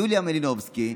יוליה מלינובסקי,